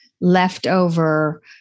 leftover